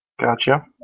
Gotcha